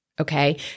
okay